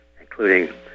including